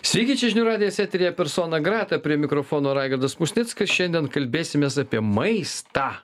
sveiki čia žinių radijas eteryje persona greta prie mikrofono raigardas musnickas šiandien kalbėsimės apie maistą